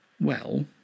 Well